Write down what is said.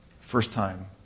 first-time